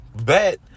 bet